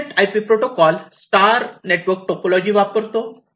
Ethernet IP protocol star network topology वापरतो